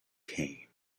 came